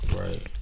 Right